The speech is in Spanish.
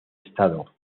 estado